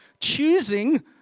choosing